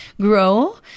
grow